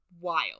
wild